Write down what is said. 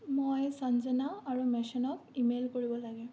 মই সঞ্জনা আৰু মেশ্যনক ইমেইল কৰিব লাগে